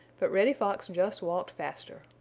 but reddy fox just walked faster.